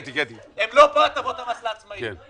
הן לא פה, הטבות המס לעצמאים.